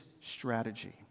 strategy